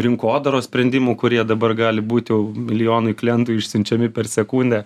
rinkodaros sprendimų kurie dabar gali būt jau milijonui klientų išsiunčiami per sekundę